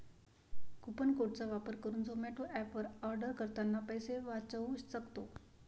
coupon code चा वापर करुन झोमाटो एप वर आर्डर करतांना पैसे वाचउ सक्तो